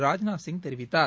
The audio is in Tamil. ராஜ்நாத் சிங் தெரிவித்தார்